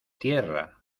tierra